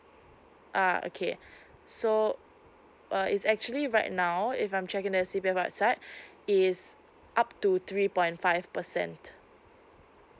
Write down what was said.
uh okay so uh is actually right now if I'm checking the C_P_F website is up to three point five percent